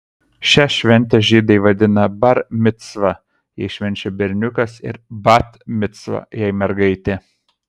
šią šventę žydai vadina bar micva jei švenčia berniukas ir bat micva jei mergaitė